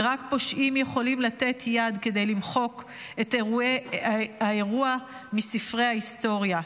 ורק פושעים יכולים לתת יד כדי למחוק את האירוע מספרי ההיסטוריה.